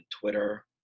Twitter